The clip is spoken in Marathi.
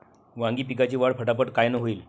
वांगी पिकाची वाढ फटाफट कायनं होईल?